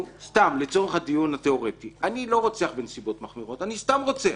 סתם לצורך הדיון התאורטי: אני לא רוצח בנסיבות מחמירות; אני סתם רוצח.